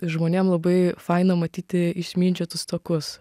žmonėm labai faina matyti išmindžiotus takus